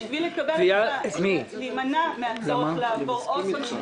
בשביל להימנע מן הצורך לעבור עוד פעם שימוע